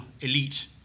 elite